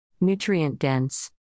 Nutrient-dense